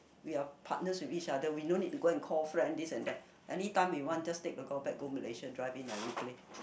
we are partners with each other we no need to go and call friend this and that anytime we want we just take the golf bag go Malaysia drive in and we play